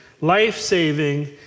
life-saving